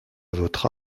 votre